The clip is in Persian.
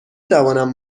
توانم